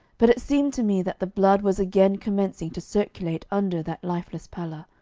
but it seemed to me that the blood was again commencing to circulate under that lifeless pallor,